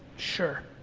sure.